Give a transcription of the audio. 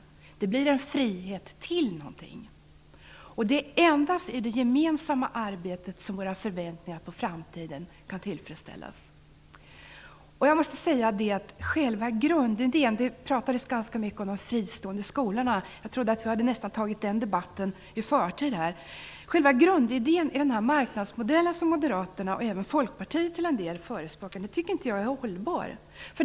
Det blir en frihet till någonting. Det är endast i det gemensamma arbetet som våra förväntningar på framtiden kan tillfredsställas. Det pratades ganska mycket om de fristående skolorna. Jag trodde nästan att vi hade tagit den debatten i förtid. Själva grundidén i den marknadsmodell som Moderaterna och även Folkpartiet till en del förespråkar tycker inte jag är hållbar.